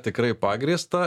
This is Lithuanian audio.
tikrai pagrįsta